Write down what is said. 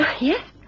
yes